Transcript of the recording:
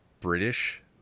British